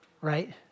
Right